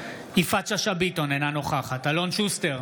יפעת שאשא ביטון, אינה נוכחת אלון שוסטר,